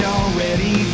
already